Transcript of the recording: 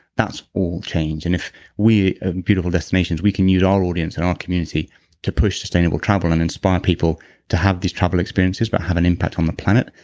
that's all changed and if we at ah beautiful destinations, we can use our audience and our community to push sustainable travel and inspire people to have these travel experiences, but have an impact on the planet,